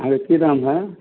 अहाँके की नाम हए